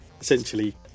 essentially